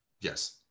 yes